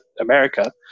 America